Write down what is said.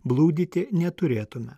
blūdyti neturėtume